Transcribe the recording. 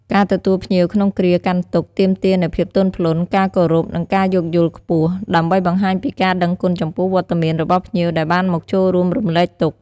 ការទទួលភ្ញៀវក្នុងគ្រាកាន់ទុក្ខទាមទារនូវភាពទន់ភ្លន់ ការគោរព និងការយោគយល់ខ្ពស់ ដើម្បីបង្ហាញពីការដឹងគុណចំពោះវត្តមានរបស់ភ្ញៀវដែលបានមកចូលរួមរំលែកទុក្ខ។